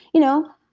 you know,